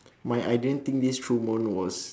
my I didn't think this through moment was